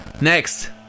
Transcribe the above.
Next